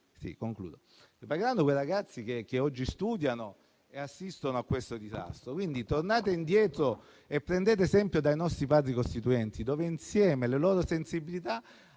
li pagheranno quei ragazzi che oggi studiano e assistono a questo disastro. Tornate indietro e prendete esempio dai nostri Padri costituenti, le cui sensibilità